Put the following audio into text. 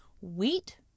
Wheat